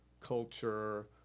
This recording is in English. culture